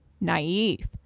naive